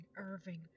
Irving